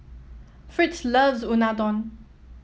Fritz loves Unadon